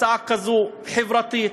הצעה כזאת חברתית,